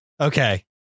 okay